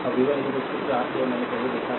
अब v 1 4 जो मैंने पहले देखा है